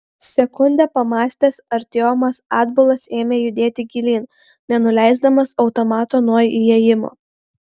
sekundę pamąstęs artiomas atbulas ėmė judėti gilyn nenuleisdamas automato nuo įėjimo